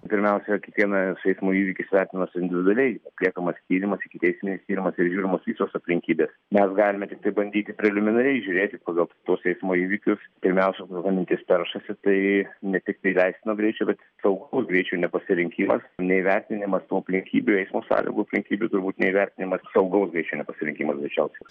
pirmiausia kiekvienas eismo įvykis vertinamas individualiai atliekamas tyrimas ikiteisminis tyrimas ir žiūrimos visos aplinkybės mes galime tiktai bandyti preliminariai žiūrėti pagal tuos eismo įvykius pirmiausia kokia mintis peršasi tai ne tiktai leistino greičio bet ir saugaus greičio nepasirinkimas neįvertinimas tų aplinkybių eismo sąlygų aplinkybių turbūt neįvertinimas saugaus greičio nepasirinkimas greičiausiai